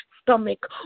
stomach